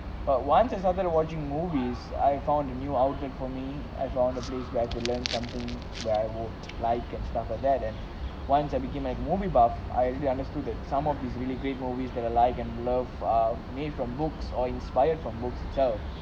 but once I started watching movies I found a new outlet for me I found a place where to learn something where I would like and stuff like that and once I became a movie buff I really understood that some of these really great movies that are like and love are made from books or inspired from books child